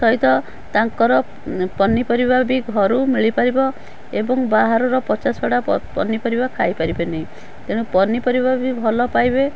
ସହିତ ତାଙ୍କର ପନିପରିବା ବି ଘରୁ ମିଳିପାରିବ ଏବଂ ବାହାରର ପଚାଶଢ଼ା ପନିପରିବା ଖାଇପାରିବେନି ତେଣୁ ପନିପରିବା ବି ଭଲ ପାଇବେ